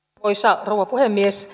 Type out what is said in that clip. arvoisa rouva puhemies